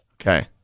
Okay